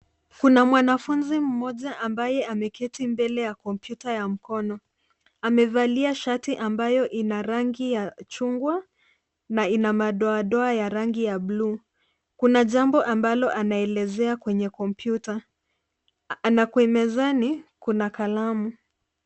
Kuna mwanafunzi mmoja ambaye ameketi mbele ya kompyuta ya mkono. Amevalia shati ambayo ina rangi ya chungwa na ina madoadoa ya rangi ya bluu. Kuna jambo ambalo anaelezea kwenye kompyuta na mezani kuna kalamu.